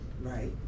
right